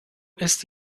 ist